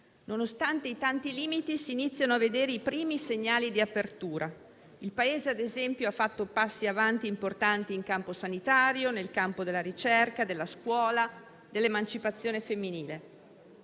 Nonostante i tanti limiti, si iniziano a vedere i primi segnali di apertura. Il Paese - ad esempio - ha fatto passi avanti importanti in campo sanitario, nel campo della ricerca, della scuola, dell'emancipazione femminile.